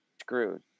screwed